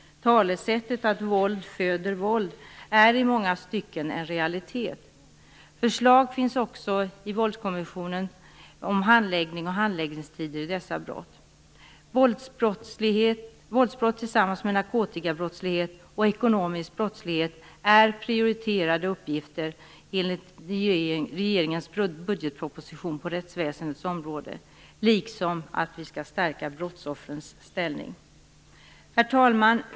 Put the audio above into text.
Talesättet att våld föder våld är i många stycken en realitet. I Kvinnovåldskommissionen finns också förslag om handläggning och handläggningstider i samband med dessa brott. Enligt regeringens budgetproposition på rättsväsendets område är våldsbrott tillsammans med narkotikabrottslighet och ekonomisk brottslighet prioriterade uppgifter, liksom att brottsoffrens ställning skall stärkas. Herr talman!